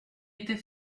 était